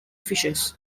fishes